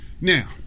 now